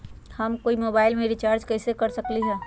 हम कोई मोबाईल में रिचार्ज कईसे कर सकली ह?